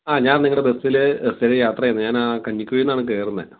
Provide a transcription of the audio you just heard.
ആ ഞാൻ നിങ്ങളുടെ ബസ്സിൽ സ്ഥിരം യാത്ര ചെയ്യുന്ന ഞാൻ ആ കഞ്ഞിക്കുഴിയിൽ നിന്നാണ് കയറുന്നത്